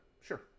sure